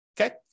Okay